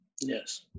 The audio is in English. Yes